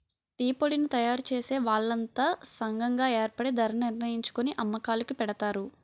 టీపొడిని తయారుచేసే వాళ్లంతా సంగం గాయేర్పడి ధరణిర్ణించుకొని అమ్మకాలుకి పెడతారు